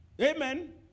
Amen